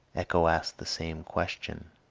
echo asked the same question.